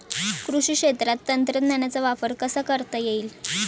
कृषी क्षेत्रात तंत्रज्ञानाचा वापर कसा करता येईल?